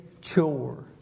chore